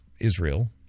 Israel